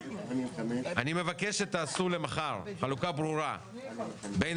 אני מבקש שתעשו למחר חלוקה ברורה בין